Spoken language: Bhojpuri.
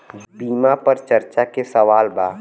बीमा पर चर्चा के सवाल बा?